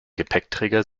gepäckträger